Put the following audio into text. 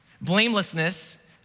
Blamelessness